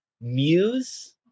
muse